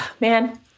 man